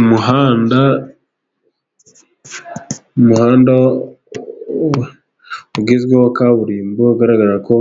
Umuhanda, umuhanda ugezweho kaburimbo, ugaragara ko